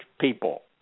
people